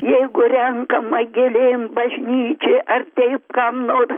jeigu renkama gėlėm bažnyčiai ar teip kam nors